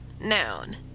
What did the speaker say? Noun